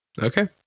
Okay